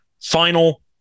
Final